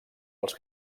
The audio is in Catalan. els